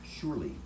surely